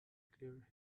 clear